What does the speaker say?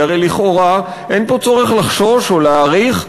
כי הרי לכאורה אין פה צורך לחשוש או להעריך.